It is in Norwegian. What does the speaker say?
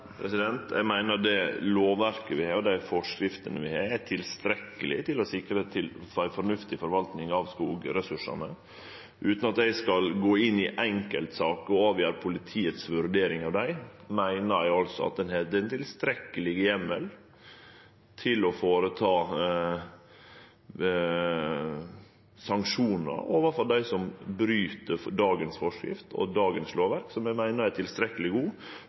Eg meiner at det lovverket og dei forskriftene vi har, er tilstrekkelege til å sikre ei fornuftig forvalting av skogressursane. Utan at eg skal gå inn i enkeltsaker og avgjere politiets vurdering av dei, meiner eg at ein har den tilstrekkelege heimelen til å setje i verk sanksjonar overfor dei som bryt forskrifta og lovverket som gjeld i dag, og som eg meiner er tilstrekkeleg